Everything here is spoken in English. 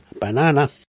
Banana